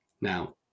Now